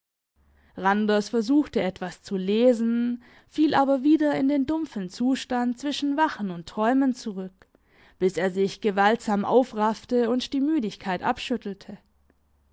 randers versuchte etwas zu lesen fiel aber wieder in den dumpfen zustand zwischen wachen und träumen zurück bis er sich gewaltsam aufraffte und die müdigkeit abschüttelte